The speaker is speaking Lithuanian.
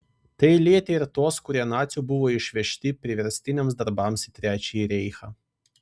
tai lietė ir tuos kurie nacių buvo išvežti priverstiniams darbams į trečiąjį reichą